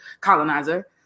colonizer